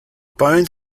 bones